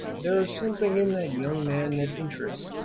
there is something in that young man that interests